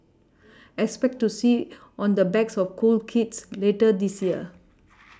expect to see on the backs of cool kids later this year